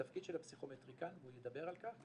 התפקיד של הפסיכומטריקן הוא לדבר על כך,